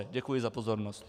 Děkuji za pozornost.